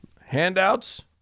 handouts